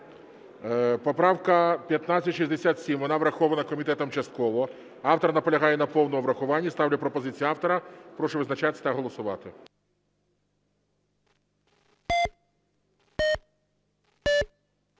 Поправка 1567, вона врахована комітетом частково. Автор наполягає на повному врахуванні. Ставлю пропозицію автора. Прошу визначатися та голосувати.